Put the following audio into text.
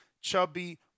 chubby